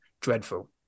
dreadful